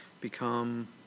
become